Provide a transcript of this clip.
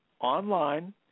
online